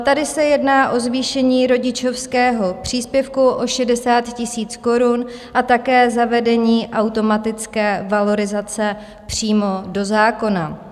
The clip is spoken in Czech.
Tady se jedná o zvýšení rodičovského příspěvku o 60 000 korun a také zavedení automatické valorizace přímo do zákona.